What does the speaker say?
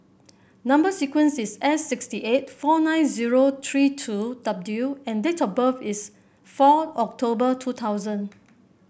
number sequence is S sixty eight four nine zero three two W and date of birth is four October two thousand